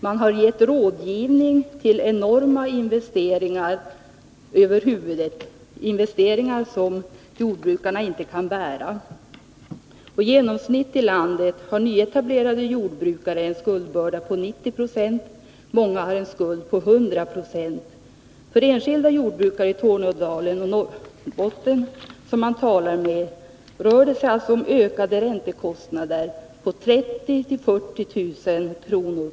Man har bedrivit rådgivning om enorma investeringar, som jordbrukarna inte kan bära. Genomsnittligt i landet har nyetablerade jordbrukare en skuldbörda på 90 26, och många har skulder på 100 96. För enskilda jordbrukare i Tornedalen och Norrbotten som man talar med rör det sig om ökade räntekostnader på 30 000-40 000 kr.